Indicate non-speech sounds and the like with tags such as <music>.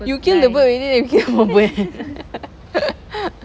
you kill the bird already then you kill more bird <noise>